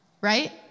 Right